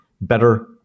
better